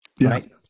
right